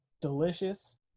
Delicious